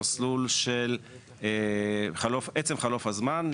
המסלול של עצם חלוף הזמן,